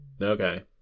Okay